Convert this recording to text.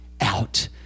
out